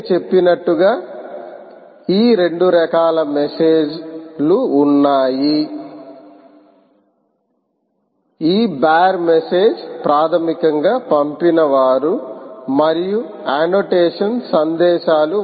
నేను చెప్పినట్లుగా ఈ 2 రకాల మెసేజ్ ఉన్నాయి ఈ బేర్ మెసేజ్ ప్రాథమికంగా పంపినవారు మరియు అన్నోటేషన్ సందేశాలు